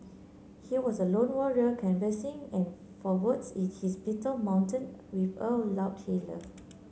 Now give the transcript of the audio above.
he was a lone warrior canvassing for votes in his Beetle mounted with a loudhailer